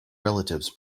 relatives